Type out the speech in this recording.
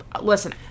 listen